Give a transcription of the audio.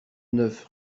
neuf